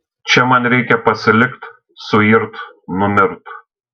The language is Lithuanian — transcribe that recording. čia man reikia pasilikt suirt numirt